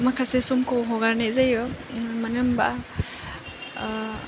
माखासे समखौ हगारनाय जायो मानो होनबा